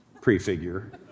prefigure